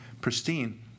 pristine